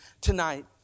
tonight